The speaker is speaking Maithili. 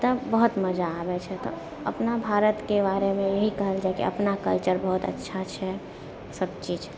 तब बहुत मजा आबै छै तऽ अपना भारतके बारेमे इएह कहल छै कि अपना कल्चर बहुत अच्छा छै सभचीज